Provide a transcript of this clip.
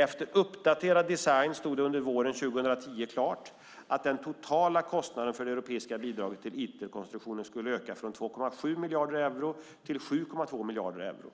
Efter uppdaterad design stod det under våren 2010 klart att den totala kostnaden för det europeiska bidraget till Iterkonstruktionen skulle öka från 2,7 miljarder euro till 7,2 miljarder euro.